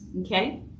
okay